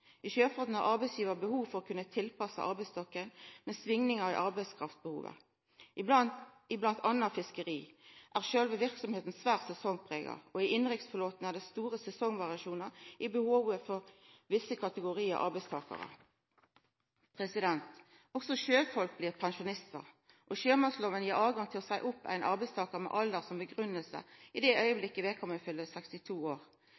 I sjøfarten har arbeidsgivar behov for å kunna tilpassa arbeidsstokken ved svingingar i arbeidskraftbehovet. I bl.a. fiskeri er sjølve verksemda svært sesongprega, og i innanriksflåten er det store sesongvariasjonar i behovet for visse kategoriar arbeidstakarar. Også sjøfolk blir pensjonistar, og sjømannsloven gir høve til å seia opp ein arbeidstakar med alder som grunngiving i den augneblinken vedkommande fyller 62 år.